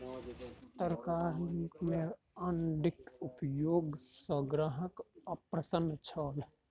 तरकारी में अण्डीक उपयोग सॅ ग्राहक अप्रसन्न छल